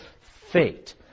fate